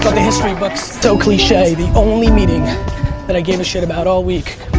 the history books, so cliche, the only meeting that i gave a shit about all week,